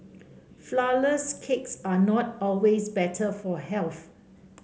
flourless cakes are not always better for health